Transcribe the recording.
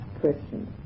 question